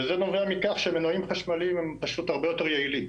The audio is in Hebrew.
וזה נובע מכך שמנועים חשמליים פשוט הרבה יותר יעילים.